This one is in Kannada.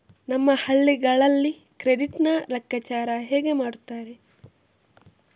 ನಮ್ಮ ಹಳ್ಳಿಗಳಲ್ಲಿ ಕ್ರೆಡಿಟ್ ನ ಲೆಕ್ಕಾಚಾರ ಹೇಗೆ ಮಾಡುತ್ತಾರೆ?